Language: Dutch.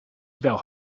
wel